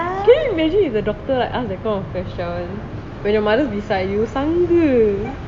can you imagine if the doctor like ask that kind of question when your mother's beside you சங்கு:sangu